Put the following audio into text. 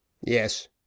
Yes